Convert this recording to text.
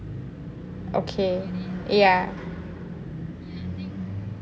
okay ya